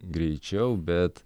greičiau bet